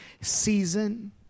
season